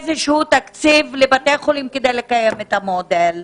תקציב לבתי החולים כדי לקיים את המודל.